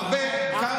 אתה אמרת בקולך.